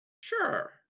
Sure